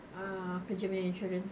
uh kerjanya insurance